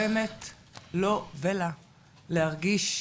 וגורמת לו ולה להרגיש,